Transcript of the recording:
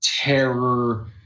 Terror